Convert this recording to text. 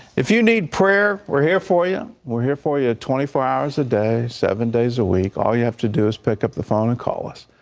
if you need prayer, we're here for ya, and we're here for ya twenty four hours a day, seven days a week, all you have to do is pick up the phone and call us.